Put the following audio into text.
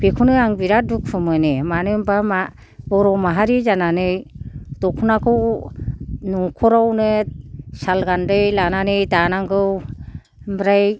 बेखौनो आं बिराद दुखु मोनो मानो होनबा बर' माहारि जानानै दख'नाखौ न'खरावनो साल गान्दै लानानै दानांगौ ओमफ्राय